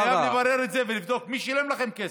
אני חייב לברר את זה ולבדוק מי שילם לכם כסף.